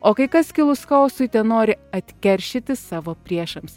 o kai kas kilus chaosui tenori atkeršyti savo priešams